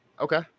Okay